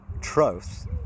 troth